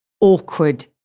awkward